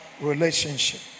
relationship